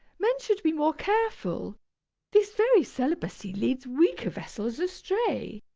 men should be more careful this very celibacy leads weaker vessels astray.